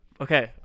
Okay